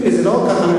זה לא רק ככה,